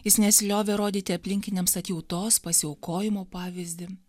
jis nesiliovė rodyti aplinkiniams atjautos pasiaukojimo pavyzdį